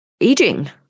aging